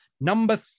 Number